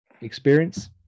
experience